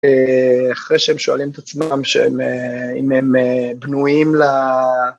אחרי שהם שואלים את עצמם שהם אם הם פנויים ל...